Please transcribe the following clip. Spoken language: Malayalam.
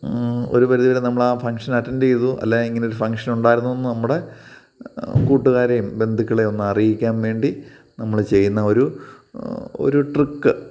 ഒരു പരിധിവരെ നമ്മളാ ഫംഗ്ഷൻ അറ്റൻറ്റ് ചെയ്തു അല്ലേ ഇങ്ങനൊരു ഫംഗ്ഷനുണ്ടായിരുന്നൂന്ന് നമ്മുടെ കൂട്ടുകാരേം ബന്ധുക്കളെയും ഒന്ന് അറിയിക്കാൻ വേണ്ടി നമ്മൾ ചെയ്യുന്ന ഒരു ഒരു ട്രിക്ക്